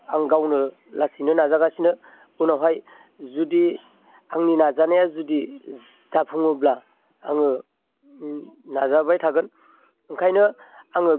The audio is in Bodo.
आं गावनो लासैनो नाजागासिनो उनावहाय जुदि आंनि नाजानाया जुदि जाफुङोब्ला आङो नाजाबाय थागोन ओंखायनो आङो